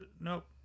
Nope